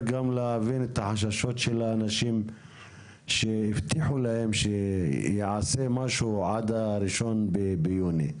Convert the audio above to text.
להבין את החששות של האנשים שהבטיחו להם שייעשה משהו עד ה-1 ביוני?